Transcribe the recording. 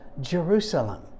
Jerusalem